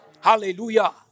Hallelujah